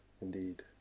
indeed